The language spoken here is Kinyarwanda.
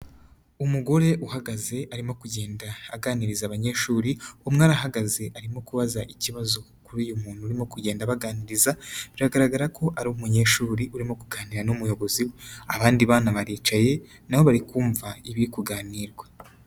Umugore uhagaze arimo kugenda aganiriza abanyeshuri, umwe arahagaze arimo kubaza ikibazo kuri uyu muntu urimo kugenda abaganiriza, biragaragara ko ari umunyeshuri urimo kuganira n'umuyobozi we, abandi bana baricaye nabo bari kumva ibiri kuganirwa.